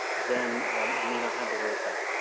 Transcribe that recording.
then you may not have the right effect.